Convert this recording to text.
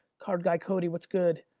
card guy cody, what's good?